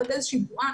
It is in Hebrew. קצת איזה שהיא בועה,